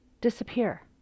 disappear